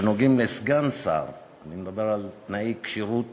שנוגעים לסגן שר, אני מדבר על תנאי הכשירות